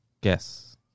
Guess